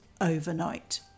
overnight